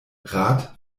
rat